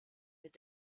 mit